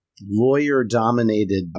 lawyer-dominated